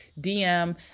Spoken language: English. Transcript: DM